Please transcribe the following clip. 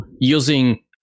using